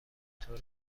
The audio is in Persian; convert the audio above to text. طور